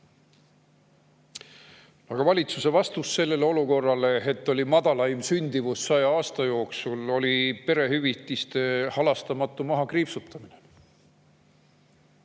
ära. Valitsuse vastus olukorrale, et Eestis on madalaim sündimus 100 aasta jooksul, oli perehüvitiste halastamatu mahakriipsutamine.